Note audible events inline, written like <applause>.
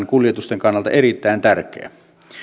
<unintelligible> kuljetusten kannalta erittäin tärkeä